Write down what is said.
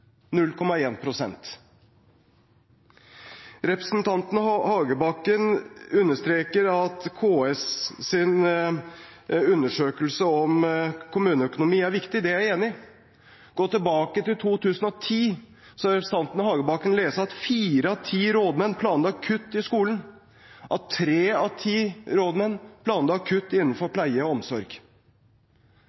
Representanten Hagebakken understreker at KS’ undersøkelse om kommuneøkonomi er viktig. Det er jeg enig i. Hvis vi går tilbake til 2010, vil representanten Hagebakken kunne lese at fire av ti rådmenn planla kutt i skolen, og at tre av ti rådmenn planla kutt innenfor pleie og omsorg.